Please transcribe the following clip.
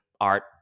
art